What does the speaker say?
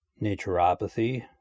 Naturopathy